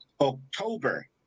October